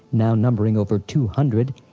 now numbering over two hundred,